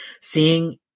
seeing